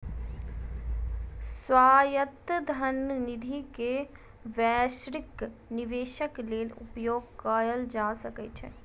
स्वायत्त धन निधि के वैश्विक निवेशक लेल उपयोग कयल जा सकै छै